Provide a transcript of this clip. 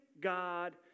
God